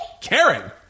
Karen